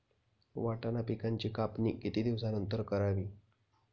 वाटाणा पिकांची कापणी किती दिवसानंतर करावी?